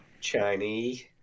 Chinese